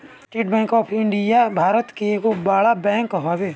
estate bank of India Bharat के एगो बड़ बैंक हवे